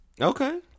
Okay